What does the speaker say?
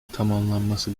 tamamlanması